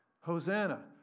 Hosanna